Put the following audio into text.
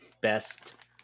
best